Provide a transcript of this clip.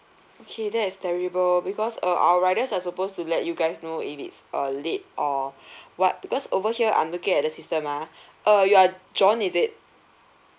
okay that is terrible because uh our riders are supposed to let you guys know if it's uh late or what because over here I'm looking at the system ah uh you are john is it